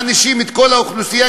מענישים את כל האוכלוסייה?